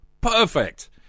Perfect